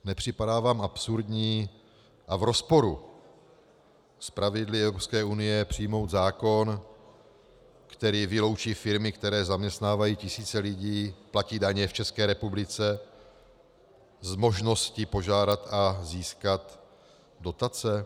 Nepřipadá vám absurdní a v rozporu s pravidly Evropské unie přijmout zákon, který vyloučí firmy, které zaměstnávají tisíce lidí, platí daně v České republice, z možnosti požádat a získat dotace?